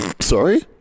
sorry